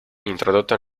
introdotto